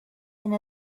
and